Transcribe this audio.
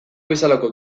bezalako